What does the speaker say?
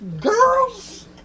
girls